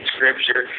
Scripture